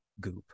goop